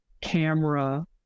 camera